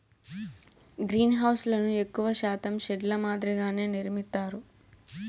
గ్రీన్హౌస్లను ఎక్కువ శాతం షెడ్ ల మాదిరిగానే నిర్మిత్తారు